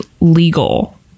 legal